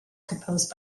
composed